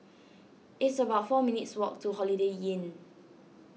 it's about four minutes' walk to Holiday Inn